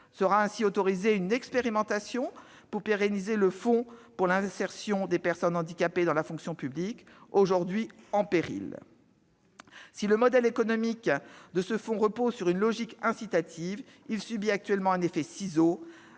Sera ainsi autorisée une expérimentation pour pérenniser le financement du fonds pour l'insertion des personnes handicapées dans la fonction publique, le FIPHFP, actuellement en péril. Si le modèle économique de ce fonds repose sur une logique incitative, il subit actuellement un effet de ciseaux